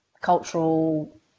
cultural